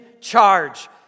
charge